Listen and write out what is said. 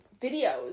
videos